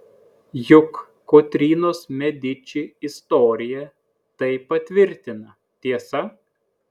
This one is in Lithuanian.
juk kotrynos mediči istorija tai patvirtina tiesa